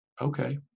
Okay